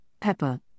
pepper